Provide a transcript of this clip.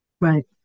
right